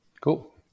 Cool